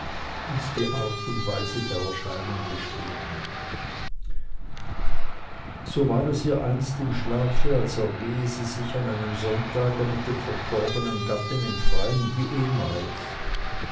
und die art und weise der erscheinung beschrieben so war es ihr einst im schlafe als ergehe sie sich an einem sonntage mit dem verstorbenen gatten im freien wie ehmals